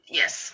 yes